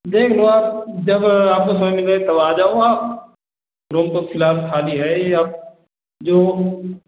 देख लो आप जब आपको समय मिले तब आ जाओ आप रूम तो फिलहाल खाली है ही अब जो